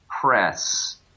press